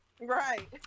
right